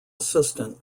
assistant